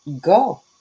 go